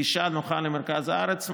גישה נוחה למרכז הארץ,